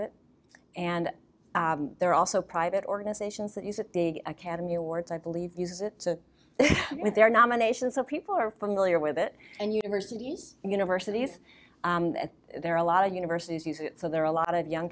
it and there are also private organizations that use it the academy awards i believe use it with their nominations so people are familiar with it and universities universities and there are a lot of universities use it so there are a lot of young